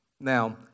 Now